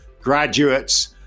graduates